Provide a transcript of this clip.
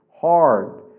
hard